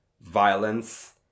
violence